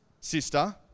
sister